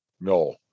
no